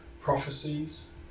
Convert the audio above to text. prophecies